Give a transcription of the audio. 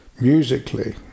Musically